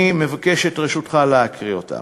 אני מבקש את רשותך להקריא אותם: